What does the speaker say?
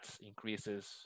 increases